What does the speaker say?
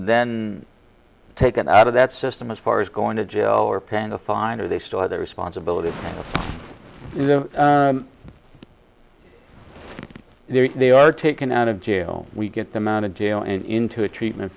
then taken out of that system as far as going to jail or paying a fine or they still have the responsibility there they are taken out of jail we get them out of jail and into a treatment